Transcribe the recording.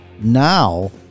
now